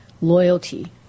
Loyalty